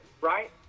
Right